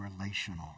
relational